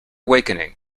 wakening